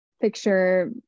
picture